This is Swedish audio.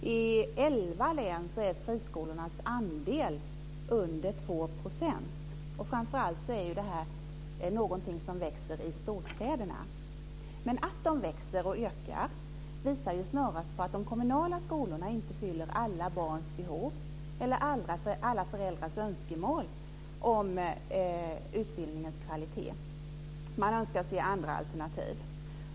I elva län är friskolornas andel under 2 %. Framför allt är detta något som växer i storstäderna. Att de växer och att antalet ökar visar ju snarast att de kommunala skolorna inte fyller alla barns behov eller alla föräldrars önskemål om utbildningens kvalitet. Man önskar sig andra alternativ.